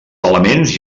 elements